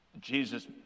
Jesus